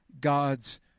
God's